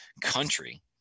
country